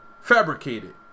fabricated